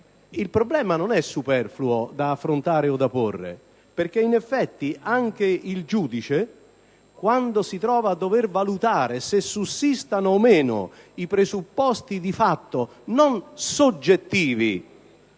il problema non è superfluo da affrontare o da porre. In effetti, il giudice si trova a dover decidere se sussistano i presupposti di fatto non soggettivi